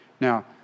Now